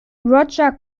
roger